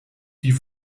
die